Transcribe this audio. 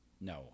No